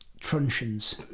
truncheons